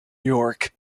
york